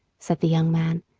said the young man,